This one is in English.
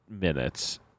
minutes